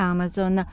Amazon